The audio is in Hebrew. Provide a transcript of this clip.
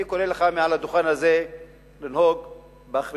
אני קורא לך מעל לדוכן הזה לנהוג באחריות,